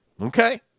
Okay